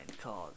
called